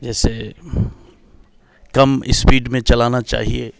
जैसे कम स्पीड में चलाना चाहिए